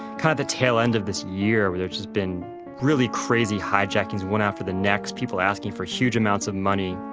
kind of the tail end of this year which has been really crazy hijacking one after the next, people asking for huge amounts of money.